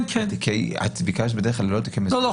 את ביקשת בדרך כלל ללא תיקי מזונות.